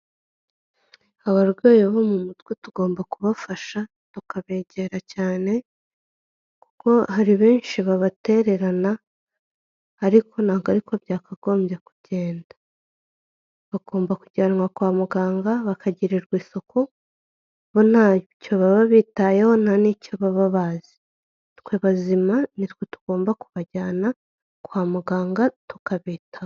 Abarwayi bo mu mutwe tugomba kubafasha, tukabegera cyane kuko hari benshi babatererana ariko ntabwo ariko byakagombye kugenda, bagomba kujyanwa kwa muganga bakagirirwa isuku, bo ntacyo baba bitayeho nta n'icyo baba bazi twe bazima ni twe tugomba kubajyana kwa muganga tukabitaho.